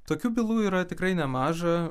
tokių bylų yra tikrai nemaža